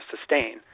sustain